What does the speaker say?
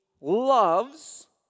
loves